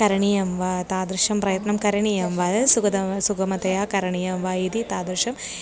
करणीयं वा तादृशं प्रयत्नं करणीयं वा एतद् सुखदं सुगमतया करणीयं वा इति तादृशम्